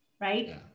right